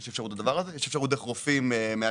יש אפשרות דרך רופאים מאשרים,